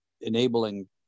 enabling